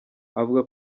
avuga